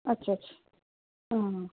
अच्छा अच्छा अँ